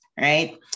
right